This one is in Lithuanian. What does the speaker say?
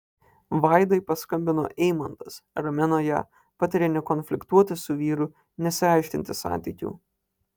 vaidai paskambino eimantas ramino ją patarė nekonfliktuoti su vyru nesiaiškinti santykių